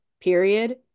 period